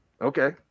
okay